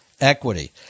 equity